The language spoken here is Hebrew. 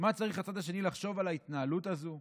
מה צריך הצד השני לחשוב על ההתנהלות הזאת?